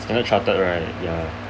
standard chartered right ya